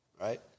right